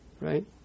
right